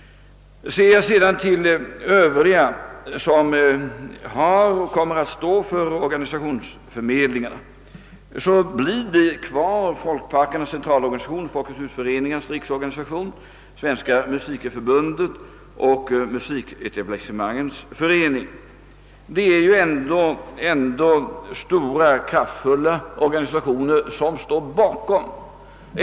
Av övriga som sköter organisationsförmedlingar återstår Folkparkernas centralorganisation, Folketshusföreningarnas riksorganisation, Svenska musikerförbundet och Musiketablissemangens förening. Det är dock stora, kraftfulla organisationer som står bakom denna förmedling.